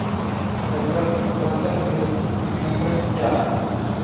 प्राकृतिक कृंतक नियंत्रण क्या है?